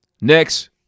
Next